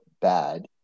bad